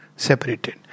separated